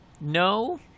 No